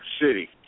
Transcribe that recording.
City